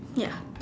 ya